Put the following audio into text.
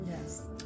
Yes